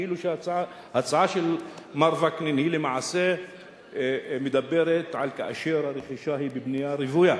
כי ההצעה של מר וקנין מדברת על רכישה בבנייה רוויה.